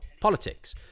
politics